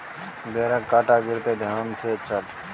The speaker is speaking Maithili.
बेरक कांटा गड़तो ध्यान सँ चढ़